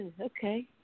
Okay